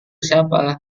siapa